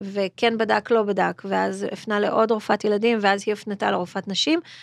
וכן בדק לא בדק ואז הפנה לעוד רופאת ילדים ואז היא הפנתה לרופאת נשים.